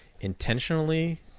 intentionally